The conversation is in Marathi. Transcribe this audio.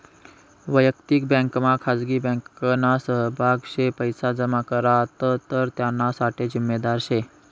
वयक्तिक बँकमा खाजगी बँकना सहभाग शे पैसा जमा करात तर त्याना साठे जिम्मेदार शे